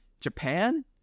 Japan